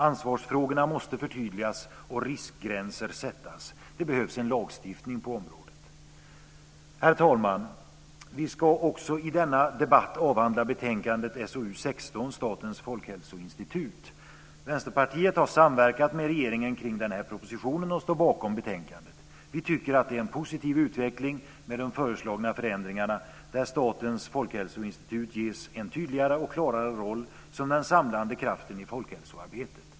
Ansvarsfrågorna måste förtydligas och riskgränser sättas. Det behövs en lagstiftning på området. Herr talman! Vänsterpartiet har samverkat med regeringen kring propositionen och står bakom betänkandet.